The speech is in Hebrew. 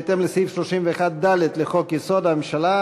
בהתאם לסעיף 31(ד) לחוק-יסוד: הממשלה,